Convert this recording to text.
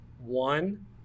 one